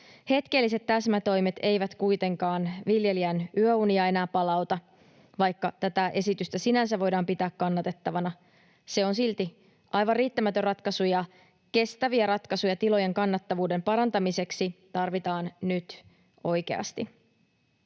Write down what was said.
Hetkelliset täsmätoimet eivät kuitenkaan viljelijän yöunia enää palauta, vaikka tätä esitystä sinänsä voidaan pitää kannatettavana. Se on silti aivan riittämätön ratkaisu, ja kestäviä ratkaisuja tilojen kannattavuuden parantamiseksi tarvitaan nyt oikeasti.